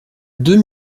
deux